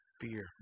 fear